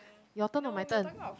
your turn or my turn